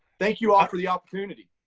thank you all for the opportunity.